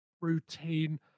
routine